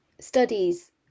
studies